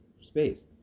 space